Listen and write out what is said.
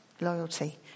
loyalty